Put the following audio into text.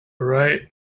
Right